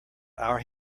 our